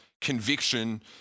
conviction